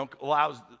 allows